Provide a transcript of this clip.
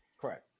Correct